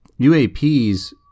UAPs